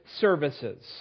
services